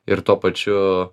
ir tuo pačiu